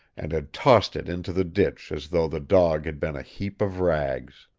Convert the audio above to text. and had tossed it into the ditch as though the dog had been a heap of rags.